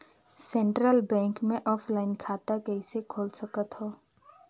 Central bank मे offline खाता कइसे खोल सकथव?